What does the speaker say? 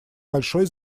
большой